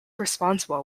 responsible